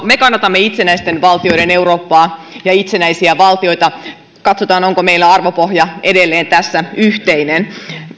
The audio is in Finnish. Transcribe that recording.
me kannatamme itsenäisten valtioiden eurooppaa ja itsenäisiä valtioita katsotaan onko meillä arvopohja edelleen tässä yhteinen